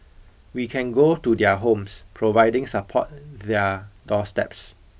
we can go to their homes providing support their doorsteps